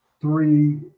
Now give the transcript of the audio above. three